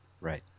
Right